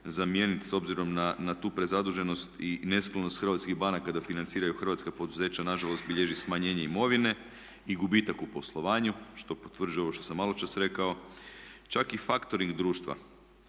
zamijeniti s obzirom na tu prezaduženost i nesklonost hrvatskih banaka da financiraju hrvatska poduzeća na žalost bilježi smanjenje imovine i gubitak u poslovanju što potvrđuje ovo što sam malo čas rekao. Čak i factoring društva,